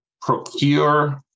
procure